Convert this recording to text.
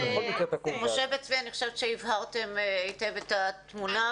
משה וצבי, אני חושבת שהבהרתם היטב את התמונה.